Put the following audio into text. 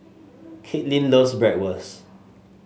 Kaitlyn loves Bratwurst